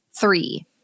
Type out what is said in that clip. three